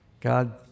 God